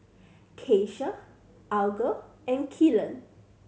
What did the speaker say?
Keisha Alger and Kylan